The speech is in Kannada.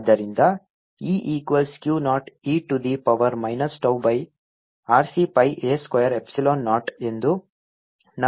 ಆದ್ದರಿಂದ E equals Q naught e to the power minus tau by RC pi a square epsilon naught ಎಂದು ನಮಗೆ ತಿಳಿದಿದೆ